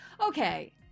Okay